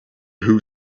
who